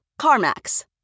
CarMax